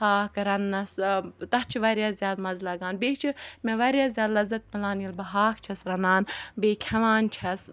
ہاکھ رَننَس تَتھ چھُ واریاہ زیادٕ مَزٕ لَگان بیٚیہِ چھُ مےٚ واریاہ زیادٕ لَزَت مِلان ییٚلہِ بہٕ ہاکھ چھَس رَنان بیٚیہِ کھیٚوان چھَس